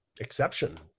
exception